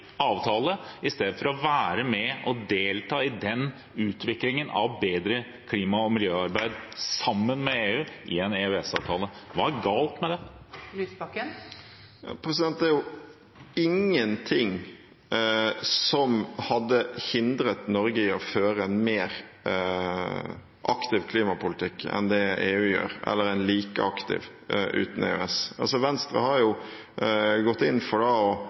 avtale i stedet for å være med og delta i den utviklingen av bedre klima- og miljøarbeid sammen med EU i en EØS-avtale? Hva er galt med den? Det er ingen ting som hadde hindret Norge i å føre en like aktiv klimapolitikk som det EU gjør uten EØS. Venstre har gått inn for